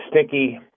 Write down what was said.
sticky